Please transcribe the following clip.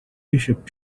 bishop